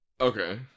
Okay